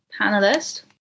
panelist